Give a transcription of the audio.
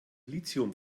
lithium